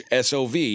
SOV